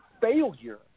failure